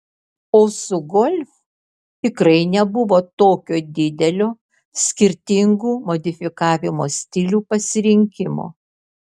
o su golf tikrai nebuvo tokio didelio skirtingų modifikavimo stilių pasirinkimo